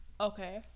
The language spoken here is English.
Okay